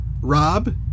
Rob